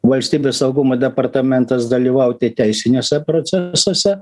valstybės saugumo departamentas dalyvauti teisiniuose procesuose